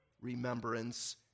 remembrance